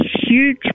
huge